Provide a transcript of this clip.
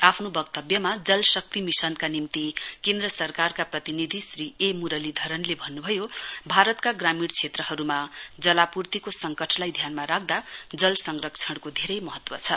आफ्नो वक्तव्यमा जल शक्ति मिशनका निम्ति केन्द्र सरकारका प्रतिनिधि श्री एमुरलीधरनले भन्नुभयो भारतका ग्रामीण क्षेत्रहरुमा जलापुर्तिको संकटलाई ध्यानमा राख्दा जल संरक्षणको धेरै महत्व छ